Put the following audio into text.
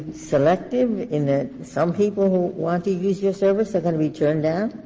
selective, in that some people who want to use your service are going to be turned down?